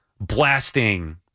blasting